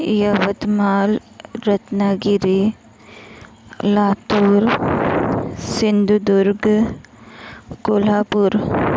Yavatmal Ratnagiri Latur Sindhudurg Kolhapur